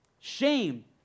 Shame